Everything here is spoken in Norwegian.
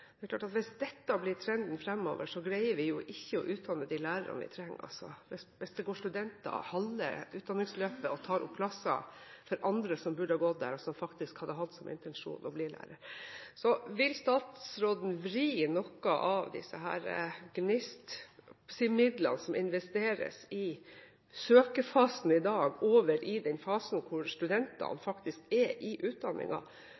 Det er klart at hvis dette blir trenden framover, og hvis studenter går halve utdanningsløpet og tar opp plasser for andre som burde gått der, og som hadde hatt som intensjon å bli lærere, greier vi ikke å utdanne de lærerne vi trenger. Vil statsråden vri noen av disse GNIST-midlene som investeres i søkerfasen i dag, over i den fasen hvor studentene